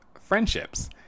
friendships